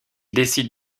décide